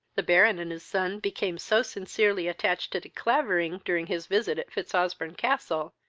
the baron and his son became so sincerely attached to de clavering during his visit at fitzosbourne-castle,